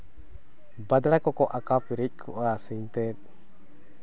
ᱵᱟᱫᱲᱟ ᱠᱚᱠᱚ ᱟᱠᱟ ᱯᱮᱨᱮᱡ ᱠᱚᱜᱼᱟ ᱥᱤᱧᱛᱮ